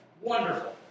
Wonderful